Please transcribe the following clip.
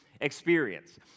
experience